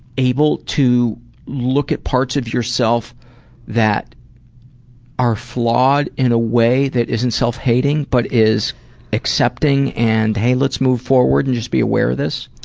able to look at parts of yourself that are flawed in a way that isn't self-hating, but is accepting and, hey, let's move forward and just be aware of this?